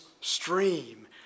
stream